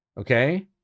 Okay